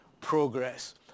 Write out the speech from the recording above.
progress